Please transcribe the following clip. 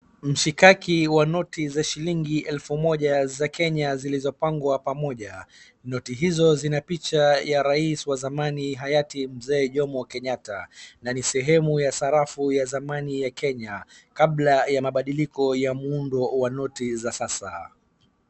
Mshikaki wa noti za shilingi elfu moja za Kenya zilizopangwa pamoja. Noti hizo zina picha ya rais wa zamani hayati mzee Jomo Kenyatta na ni sehemu ya sarafu ya zamani ya Kenya kabla ya mabadiliko ya muundo wa noti za sasa.